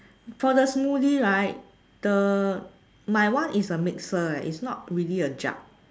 for the smoothie right the my one is a mixer eh is not really a jug